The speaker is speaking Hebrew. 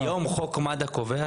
היום חוק מד"א קובע,